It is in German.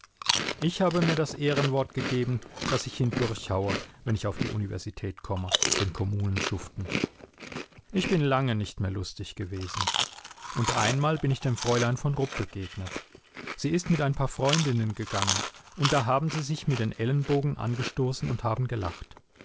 ich habe mir das ehrenwort gegeben daß ich ihn durchhaue wenn ich auf die universität komme den kommunen schuften ich bin lange nicht mehr lustig gewesen und einmal bin ich dem fräulein von rupp begegnet sie ist mit ein paar freundinnen gegangen und da haben sie sich mit den ellenbogen angestoßen und haben gelacht